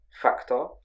factor